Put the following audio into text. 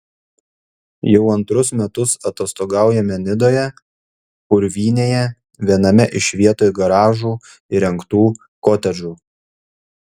jau antrus metus atostogaujame nidoje purvynėje viename iš vietoj garažų įrengtų kotedžų